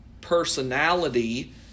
personality